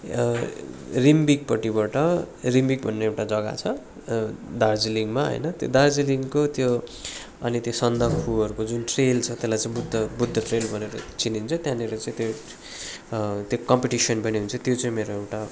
रिम्बिकपट्टिबाट रिम्बिक भन्ने एउटा जग्गा छ दार्जिलिङमा होइन त्यो दार्जिलिङको त्यो अनि त्यो सन्दकपूहरूको जुन ट्रेल छ त्यसलाई चाहिँ बुद्ध बुद्ध ट्रेल भनेर चिनिन्छ त्यहाँनिर चाहिँ त्यो त्यहाँ कम्पिटिसन पनि हुन्छ त्यो चाहिँ मेरो एउटा